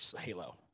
halo